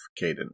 Caden